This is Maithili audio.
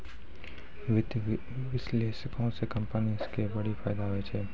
वित्तीय विश्लेषको से कंपनी के बड़ी फायदा होय छै